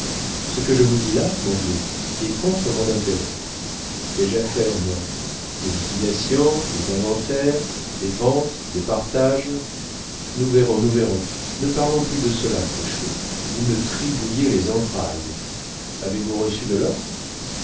ce que je vous dis là mon vieux est contre mon intérêt qu'ai-je à faire moi des liquidations des inventaires des ventes des partages nous verrons nous verrons ne parlons plus de cela cruchot vous me tribouillez les entrailles avez-vous reçu de l'or